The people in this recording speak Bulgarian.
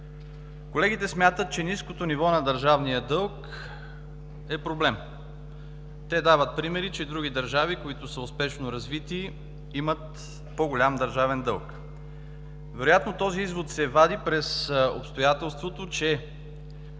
Колегите смятат, че ниското ниво на държавния дълг е проблем. Те дават примери, че други държави, които са успешно развити, имат по-голям държавен дълг. Вероятно този извод се вади през обстоятелството, че